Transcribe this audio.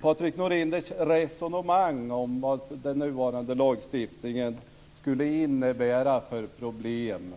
Patrik Norinder för ett resonemang om vad den nuvarande lagstiftningen skulle innebära för problem